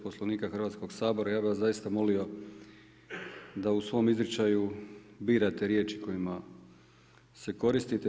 Poslovnika Hrvatskoga sabora ja bih vas zaista molio da u svom izričaju birate riječi kojima se koristite.